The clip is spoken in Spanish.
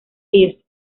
east